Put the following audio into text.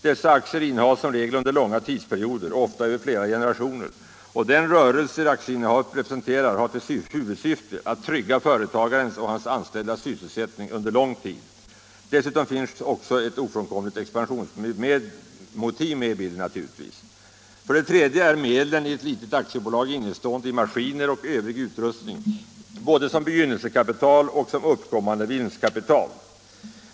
Dessa aktier innehas som regel under långa tidsperioder — ofta över flera generationer — och den rörelse aktieinnehavet representerar har till huvudsyfte att trygga företagarens och hans anställdas sysselsättning under lång tid. Dessutom finns också ett ofrånkomligt expansionsmotiv med i bilden. För det tredje är medlen i ett litet aktiebolag innestående i maskiner och övrig utrustning både som begynnelsekapital och som uppkommande vinstkapital.